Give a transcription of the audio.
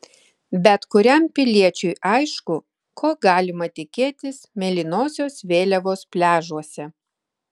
bet kuriam piliečiui aišku ko galima tikėtis mėlynosios vėliavos pliažuose